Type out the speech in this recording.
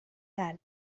that